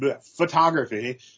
photography